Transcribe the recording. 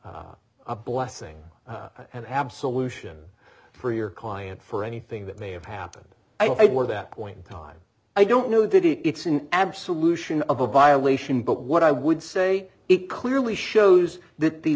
a blessing and have solution for your client for anything that may have happened i do or that point in time i don't know that it's an absolute of a violation but what i would say it clearly shows that the